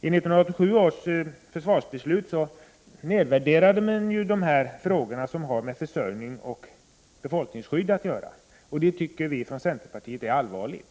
I 1987 års försvarsbeslut nedvärdade man de frågor som har med försörjning och befolkningsskydd att göra, och det tycker vi från centerpartiet är allvarligt.